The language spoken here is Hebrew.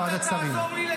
אבל אתה יודע את המורכבות שלי.